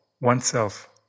oneself